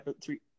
three